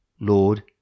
Lord